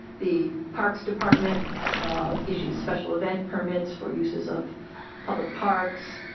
the parks department issue special event permits for uses of public parks.